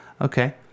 Okay